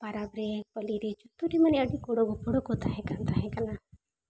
ᱨᱮ ᱯᱟᱹᱞᱤ ᱨᱮ ᱡᱷᱚᱛᱚ ᱨᱮ ᱟᱹᱰᱤ ᱜᱚᱲᱚ ᱜᱚᱯᱚᱲᱚ ᱠᱚ ᱛᱟᱦᱮᱸ ᱠᱟᱱ ᱛᱟᱦᱮᱸ ᱠᱟᱱᱟ